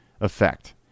effect